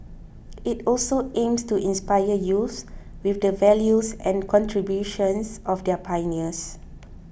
it also aims to inspire youths with the values and contributions of their pioneers